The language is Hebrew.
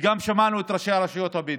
וגם שמענו את ראשי הרשויות הבדואיות,